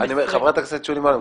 חברת הכנסת שולי מועלם,